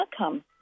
outcome